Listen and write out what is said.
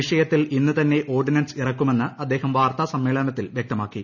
വിഷയത്തിൽ ഇന്ന് തന്നെ ഓർഡിനൻസ് ഇറക്കുമെന്ന് അദ്ദേഹം വാർത്താസമ്മേളനത്തിൽ വൃക്തമാക്കി